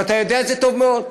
ואתה יודע את זה טוב מאוד.